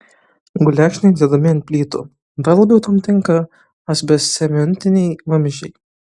gulekšniai dedami ant plytų dar labiau tam tinka asbestcementiniai vamzdžiai